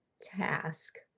task